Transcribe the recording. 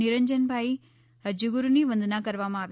નિરંજનભાઈ રાજ્યગુરની વંદના કરવામાં આવી